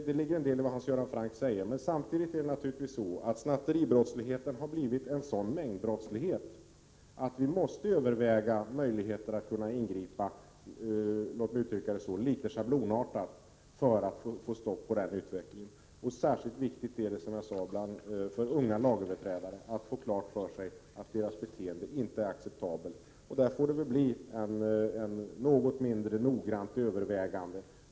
Det ligger en del i det, men samtidigt har snatteribrottsligheten blivit en sådan mängdbrottslighet att vi måste överväga möjligheter att ingripa litet mer schablonartat för att få stopp på utvecklingen. Särskilt viktigt är det för unga lagöverträdare att få klart för sig att deras beteende inte är acceptabelt. Då får det bli ett något mindre noggrant övervägande.